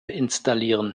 installieren